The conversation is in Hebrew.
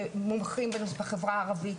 שמומחים בחברה הערבית,